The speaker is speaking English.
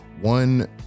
one